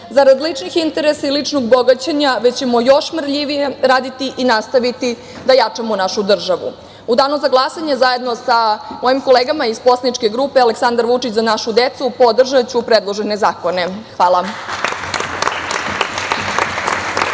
zarad ličnih interesa i ličnog bogaćenja, već ćemo još marljivije raditi i nastaviti da jačamo našu državu.U danu za glasanje, zajedno sa mojim kolegama iz poslaničke grupe Aleksandar Vučić – Za našu decu, podržaću predložene zakone. Hvala.